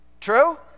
True